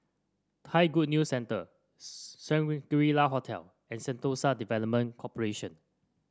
Thai Good News Centre Shangri La Hotel and Sentosa Development Corporation